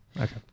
okay